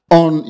on